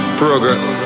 progress